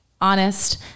honest